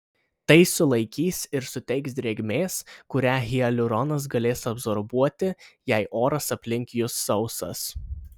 tai sulaikys ir suteiks drėgmės kurią hialuronas galės absorbuoti jei oras aplink jus sausas